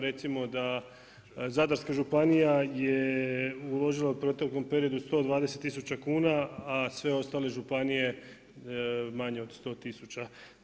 Recimo da Zadarska županija je uložila u proteklom periodu 120 000 kuna, a sve ostale županije manje od 100 000.